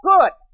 Good